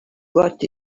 got